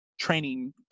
training